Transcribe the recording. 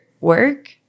work